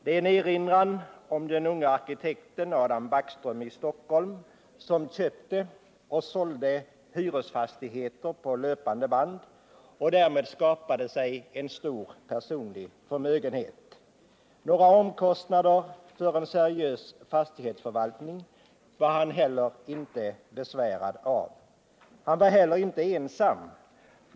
Det är en erinran om den unge arkitekten Adam Backström i Stockholm som köpte — och sålde — hyresfastigheter på löpande band och därmed skapade sig en stor personlig förmögenhet. Några omkostnader för en seriös fastighetsförvaltning var han inte besvärad av. Han var heller inte ensam.